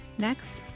next,